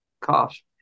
cost